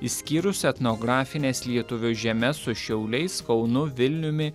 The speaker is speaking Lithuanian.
išskyrus etnografines lietuvių žemes su šiauliais kaunu vilniumi